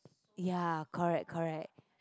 ya correct correct